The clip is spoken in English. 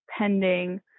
pending